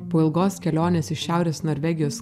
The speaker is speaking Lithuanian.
po ilgos kelionės iš šiaurės norvegijos